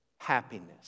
happiness